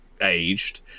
aged